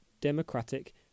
Democratic